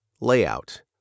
layout